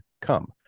come